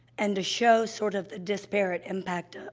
and to show, sort of, the disparate impact, ah,